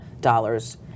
dollars